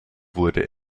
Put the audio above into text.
wurde